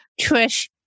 Trish